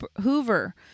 hoover